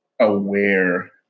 aware